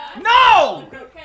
No